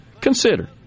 consider